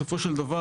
בסופו של דבר,